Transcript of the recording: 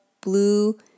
blue